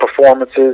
performances